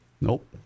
Nope